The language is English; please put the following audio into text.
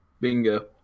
Bingo